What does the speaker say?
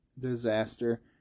disaster